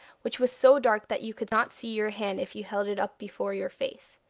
which was so dark that you could not see your hand if you held it up before your face.